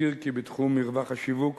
נזכיר כי בתחום מרווח השיווק